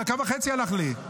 דקה וחצי הלכה לי.